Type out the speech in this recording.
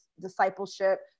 discipleship